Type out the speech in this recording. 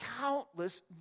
countless